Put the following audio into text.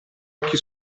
occhi